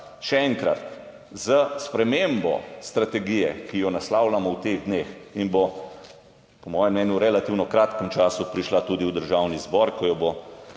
Še enkrat. S spremembo strategije, ki jo naslavljamo v teh dneh in bo po mojem mnenju v relativno kratkem času prišla tudi v Državni zbor, ko jo bo